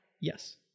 Yes